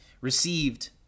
Received